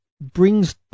brings